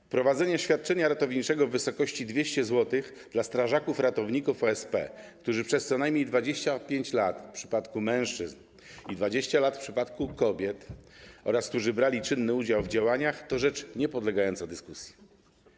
Wprowadzenie świadczenia ratowniczego w wysokości 200 zł dla strażaków ratowników OSP, którzy przez co najmniej 25 lat w przypadku mężczyzn i 20 lat w przypadku kobiet brali czynny udział w działaniach, to sprawa niepodlegająca dyskusji.